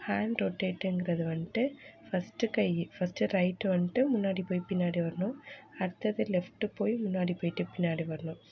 hand ரொட்டேட்டுங்கிறது வந்துட்டு first கை ஃபர்ஸ்டு ரைட்டு வந்துட்டு முன்னாடி போய் பின்னாடி வரணும் அடுத்தது லெஃப்ட்டு போய் முன்னாடி போயிட்டே பின்னாடி வரணும்